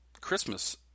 Christmas